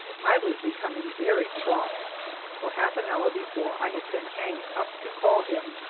i was becoming very cross for half an hour before i had sent hang up to call him,